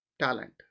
talent